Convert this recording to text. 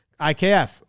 IKF